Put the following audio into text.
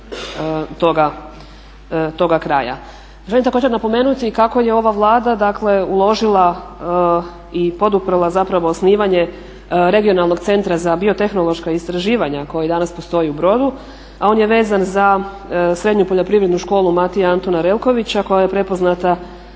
toga kraja. Želim također napomenuti kako je ova Vlada dakle uložila i poduprla zapravo osnivanje Regionalnog centra za biotehnološka istraživanja koji danas postoji u Brodu, a on je vezan za Srednju poljoprivrednu školu Matije Antuna Relkovića koja je prepoznata